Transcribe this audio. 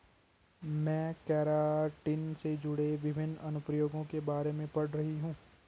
मैं केराटिन से जुड़े विभिन्न अनुप्रयोगों के बारे में पढ़ रही हूं